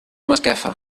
masquefa